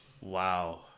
Wow